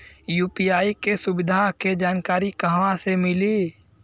UPI के सुविधा के जानकारी कहवा से मिली?